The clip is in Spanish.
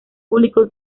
público